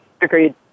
agreed